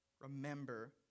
remember